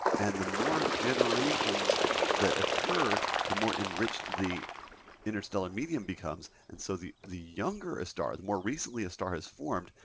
and the more generations that occur, the more enriched the interstellar medium becomes. and so the the younger a star, the more recently a star has formed,